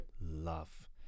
love